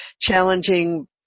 challenging